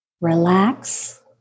Relax